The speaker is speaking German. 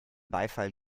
beifall